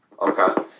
Okay